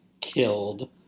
killed